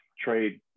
trade